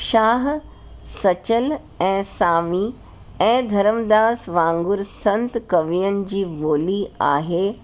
शाह सचन ऐं सामी ऐं धर्मदास वांगुरु संत कवियुनि जी ॿोली आहे